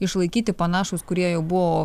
išlaikyti panašūs kurie jau buvo